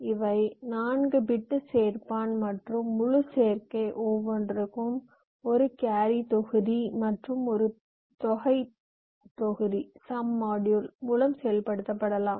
இவை 4 பிட் சேர்ப்பான் மற்றும் முழு சேர்க்கை ஒவ்வொன்றும் ஒரு கேரி தொகுதி மற்றும் ஒரு தொகை தொகுதி மூலம் செயல்படுத்தப்படலாம்